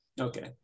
Okay